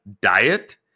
diet